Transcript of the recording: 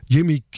Jimmy